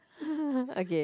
okay